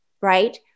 right